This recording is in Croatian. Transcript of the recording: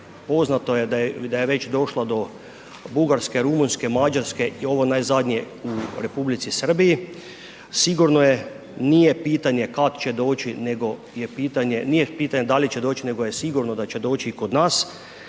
poznato je da je već došla do Bugarske, Rumunjske, Mađarske i ovo najzadnje u Republici Srbiji, sigurno je, nije pitanje kad će doći nego je pitanje, nije pitanje